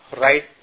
Right